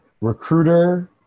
recruiter